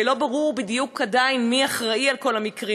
ולא ברור בדיוק עדיין מי אחראי לכל המקרים,